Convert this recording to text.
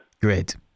Great